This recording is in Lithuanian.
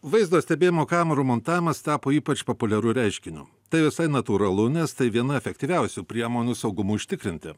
vaizdo stebėjimo kamerų montavimas tapo ypač populiariu reiškiniu tai visai natūralu nes tai viena efektyviausių priemonių saugumui užtikrinti